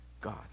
God